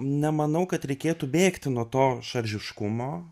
nemanau kad reikėtų bėgti nuo to šaržiškumo